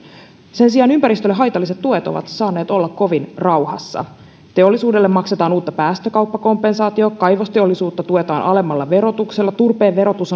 sen sijaan ympäristölle haitalliset tuet ovat saaneet olla kovin rauhassa teollisuudelle maksetaan uutta päästökauppakompensaatiota kaivosteollisuutta tuetaan alemmalla verotuksella turpeen verotus